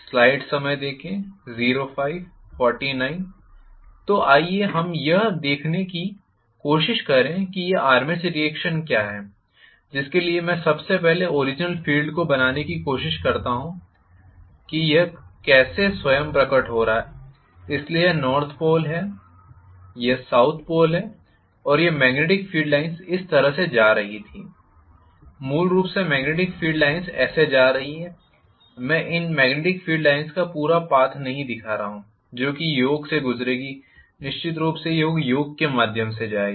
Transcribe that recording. तो आइए हम यह देखने की कोशिश करें कि यह आर्मेचर रिएक्शन क्या है जिसके लिए मैं सबसे पहले ओरिजिनल फील्ड को बनाने की कोशिश करता हूं कि यह कैसे स्वयं प्रकट हो रहा है इसलिए यह नॉर्थ पोल है यह साउथ पोल है और यह मॅग्नेटिक फील्ड लाइन्स इस तरह से जा रही थी मूल रूप से मॅग्नेटिक फील्ड लाइन्स ऐसे जा रही हैं मैं इन मॅग्नेटिक फील्ड लाइन्स का पूरा पाथ नहीं दिखा रहा हूं जो कि योक से गुजरेगी निश्चित रूप से यह योक के माध्यम से जाएगी